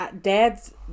dads